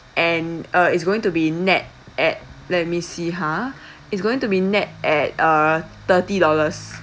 and uh it's going to be nett at let me see ha it's going to be nett at uh thirty dollars